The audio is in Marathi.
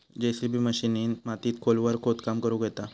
जेसिबी मशिनीन मातीत खोलवर खोदकाम करुक येता